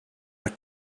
dar